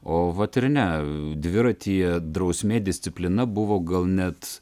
o vat ir ne dviratyje drausmė disciplina buvo gal net